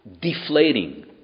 deflating